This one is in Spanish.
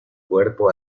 cuerpo